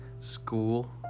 School